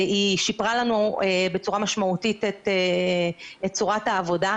היא שיפרה לנו בצורה משמעותית את צורת העבודה,